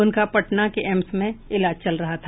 उनका पटना के एम्स में इलाज चल रहा था